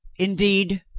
indeed,